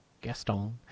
Gaston